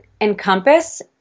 encompass